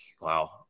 wow